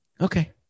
Okay